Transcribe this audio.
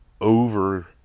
over